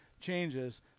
changes